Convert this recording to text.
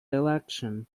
election